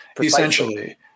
essentially